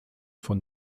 von